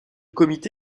comité